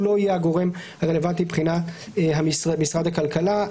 הוא לא יהיה הגורם הרלוונטי מבחינת משרד הכלכלה.